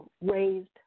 raised